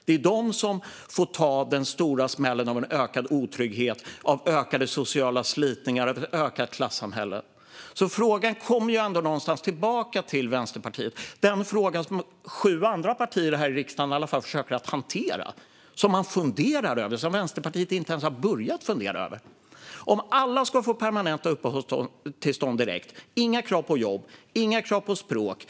Det är de som får ta den stora smällen av en ökad otrygghet, av ökade sociala slitningar och ett ökat klassamhälle. Det är en fråga som någonstans kommer tillbaka till Vänsterpartiet. Det är den fråga som sju andra partier här i riksdagen i alla fall försöker hantera och funderar över men som Vänsterpartiet inte ens har börjat fundera över: Ska alla få permanenta uppehållstillstånd direkt utan krav på jobb och krav på språkkunskaper?